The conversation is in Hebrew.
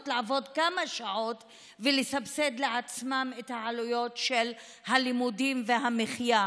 לעבוד כמה שעות ולסבסד לעצמם את העלויות של הלימודים והמחיה.